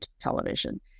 television